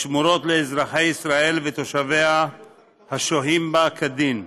השמורות לאזרחי ישראל ותושביה השוהים בה כדין,